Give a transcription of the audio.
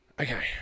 okay